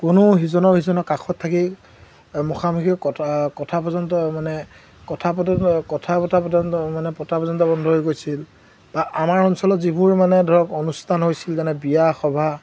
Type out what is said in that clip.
কোনো সিজনৰ সিজনৰ কাষত থাকি মুখামুখি কথা কথা পৰ্যন্ত মানে কথা পৰ্যন্ত কথা পতা পৰ্যন্ত মানে পতা পৰ্যন্ত বন্ধ হৈ গৈছিল বা আমাৰ অঞ্চলত যিবোৰ মানে ধৰক অনুষ্ঠান হৈছিল যেনে বিয়া সভাহ